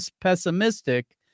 pessimistic